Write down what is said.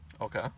okay